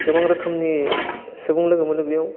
गोबां रोखोमनि सुबुं लोगो मोनो बैयाव